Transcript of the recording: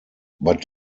but